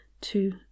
two